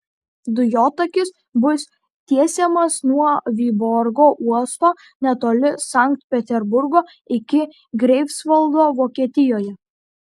dujotakis bus tiesiamas nuo vyborgo uosto netoli sankt peterburgo iki greifsvaldo vokietijoje